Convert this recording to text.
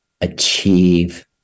achieve